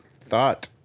thought